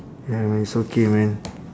ya man it's okay man